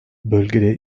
bölgede